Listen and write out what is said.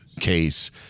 case